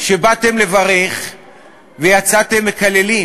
שבאתם לברך ויצאתם מקללים,